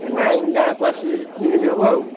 ନାଇଁ ଗାଁକୁ ଆସିଛି ଦୁଇ ତିନି ଦିନ ହେବ ଆଉ